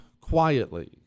quietly